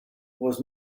was